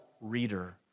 Reader